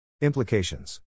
Implications